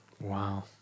Wow